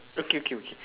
okay K